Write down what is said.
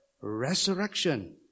resurrection